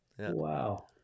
Wow